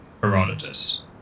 Herodotus